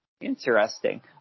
Interesting